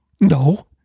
No